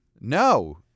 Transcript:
no